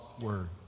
word